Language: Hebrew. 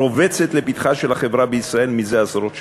הרובצת לפתחה של החברה בישראל זה עשרות שנים,